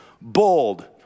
bold